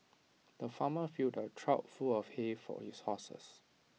the farmer filled A trough full of hay for his horses